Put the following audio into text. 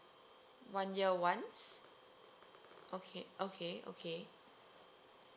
one year once okay okay okay